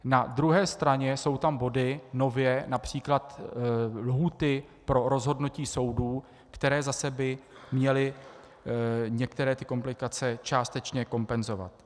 Na druhé straně jsou tam body, nově, například lhůty pro rozhodnutí soudu, které zase by měly některé ty komplikace částečně kompenzovat.